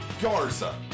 Garza